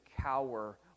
cower